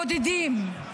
בודדים.